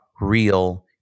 real